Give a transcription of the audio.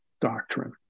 Doctrine